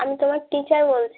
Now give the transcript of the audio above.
আমি তোমার টিচার বলছি